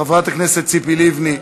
חברת הכנסת ציפי לבני,